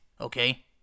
okay